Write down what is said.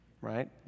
Right